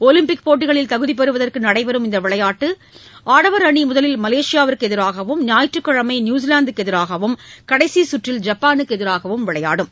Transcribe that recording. Olympic போட்டிகளில் தகுதி பெறுவதற்கு நடைபெறும் இந்த விளையாட்டில் ஆடவர் அணி முதலில் மலேசியாவிற்கு எதிராகவும் ஞாயிற்றுக்கிழமை அன்று நியூஸிலாந்துக்கு எதிராகவும் கடைசி கற்றில் ஜப்பானுக்கு எதிராகவும் விளையாடுகிறது